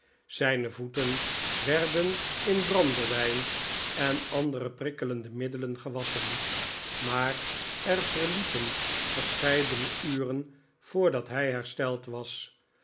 zijne voeten werden in brandewijn en andere prikkelende middelen gewasschen maar er verliepen verscheidene uren voordat hij hersteld was